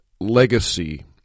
legacy